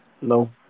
No